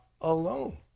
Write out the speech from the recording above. alone